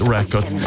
Records